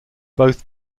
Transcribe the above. both